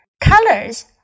Colors